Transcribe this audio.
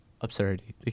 absurdity